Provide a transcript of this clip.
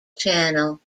channel